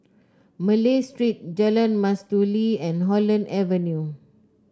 Malay Street Jalan Mastuli and Holland Avenue